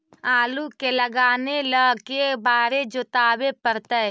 आलू के लगाने ल के बारे जोताबे पड़तै?